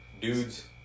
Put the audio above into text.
Dudes